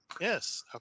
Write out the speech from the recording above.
Yes